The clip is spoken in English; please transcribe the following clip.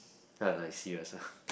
uh like serious ah